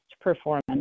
performance